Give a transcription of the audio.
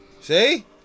See